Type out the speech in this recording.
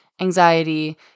anxiety